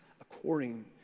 according